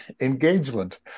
engagement